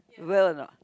will or not